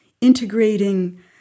integrating